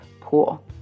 pool